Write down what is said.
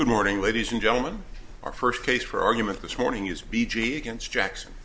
good morning ladies and gentleman our first case for argument this morning is b g against jackson